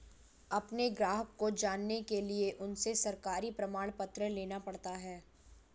अपने ग्राहक को जानने के लिए उनसे सरकारी प्रमाण पत्र लेना पड़ता है